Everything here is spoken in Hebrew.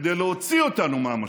כדי להוציא אותנו מהמשבר.